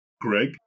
greg